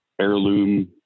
heirloom